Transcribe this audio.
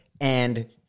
and-